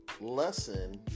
lesson